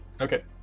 Okay